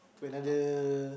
to another